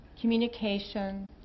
communication